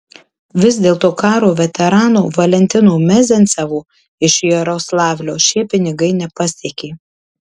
vis dėlto karo veterano valentino mezencevo iš jaroslavlio šie pinigai nepasiekė